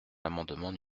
l’amendement